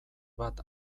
bat